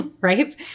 Right